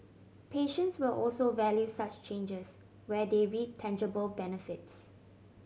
patients will also value such changes where they reap tangible benefits